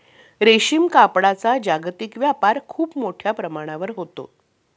रेशीम कापडाचा जागतिक व्यापार खूप मोठ्या प्रमाणावर होतो